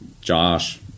Josh –